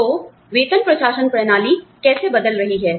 तो वेतन प्रशासन प्रणाली कैसे बदल रही है